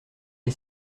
est